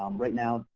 um right now,